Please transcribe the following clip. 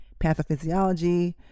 Pathophysiology